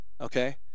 Okay